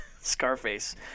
Scarface